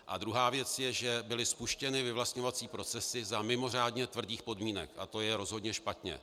A druhá věc je, že byly spuštěny vyvlastňovací procesy za mimořádně tvrdých podmínek a to je rozhodně špatně.